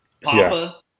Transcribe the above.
Papa